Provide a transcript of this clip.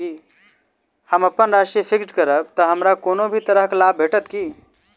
हम अप्पन राशि फिक्स्ड करब तऽ हमरा कोनो भी तरहक लाभ भेटत की?